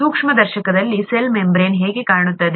ಸೂಕ್ಷ್ಮದರ್ಶಕದಲ್ಲಿ cell membrane ಹೇಗೆ ಕಾಣುತ್ತದೆ